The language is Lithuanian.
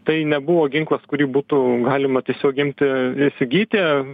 tai nebuvo ginklas kurį būtų galima tiesiog imti įsigyti